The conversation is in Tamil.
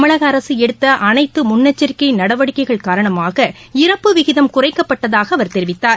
தமிழக அரசு எடுத்த அனைத்து முன்னெச்சரிக்கை நடவடிக்கைகள் காரணமாக இறப்பு விகிதம் குறைக்கப்பட்டதாக அவர் தெரிவித்தார்